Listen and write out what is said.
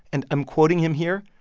and i'm quoting him here,